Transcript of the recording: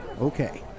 Okay